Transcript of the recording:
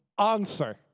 answer